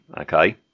okay